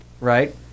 Right